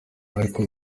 ariko